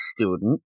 student